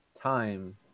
time